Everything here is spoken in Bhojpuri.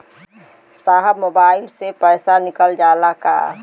साहब मोबाइल से पैसा निकल जाला का?